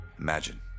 Imagine